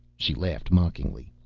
she laughed mockingly.